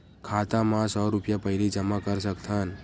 खाता मा सौ रुपिया पहिली जमा कर सकथन?